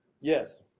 Yes